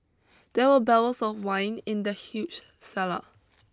there were barrels of wine in the huge cellar